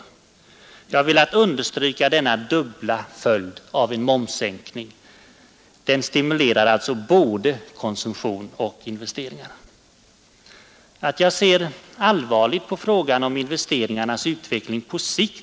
Jag har här velat understryka denna dubbla följd av en momssänkning. Den stimulerar alltså både konsumtion och investeringar. Jag ser allvarligt på frågan om investeringarnas utveckling även på sikt.